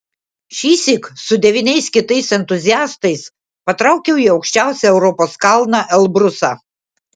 šįsyk su devyniais kitais entuziastais patraukiau į aukščiausią europos kalną elbrusą